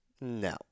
No